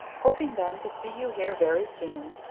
hoping, then, to see you here very soon,